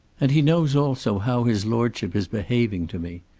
and he knows also how his lordship is behaving to me.